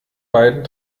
beiden